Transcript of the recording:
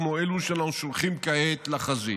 כמו אלו שאנחנו שולחים כעת לחזית.